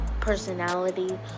personality